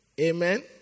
Amen